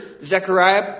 Zechariah